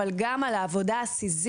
אבל גם על העבודה הסיזיפית,